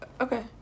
Okay